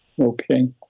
Okay